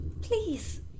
please